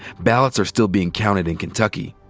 ballots are still being counted in kentucky.